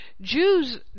Jews